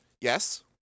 Yes